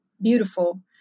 beautiful